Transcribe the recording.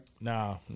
Nah